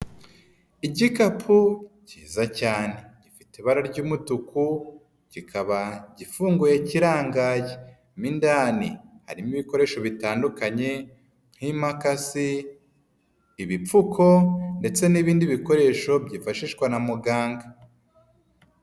igikapu cyiza cyane. Gifite ibara ry'umutuku, kikaba gifunguye kirangaye. Mo indani harimo ibikoresho bitandukanye nk'imakasi, ibipfuko ndetse n'ibindi bikoresho byifashishwa na muganga.